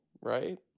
Right